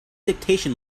dictation